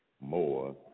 more